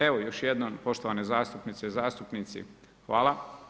Evo, još jednom poštovane zastupnice i zastupnici hvala.